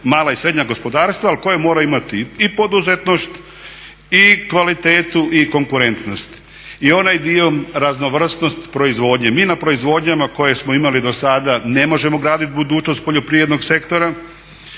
mala i srednja gospodarstva, ali tko je morao imati i poduzetnost i kvalitetu i konkurentnost i onaj dio raznovrsnost proizvodnje. Mi na proizvodnjama koje smo imali do sada ne možemo gradit budućnost poljoprivrednog sektora.